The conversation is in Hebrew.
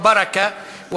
חודש של שפע וברכה,